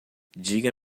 diga